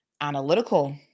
analytical